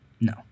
No